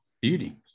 Beauty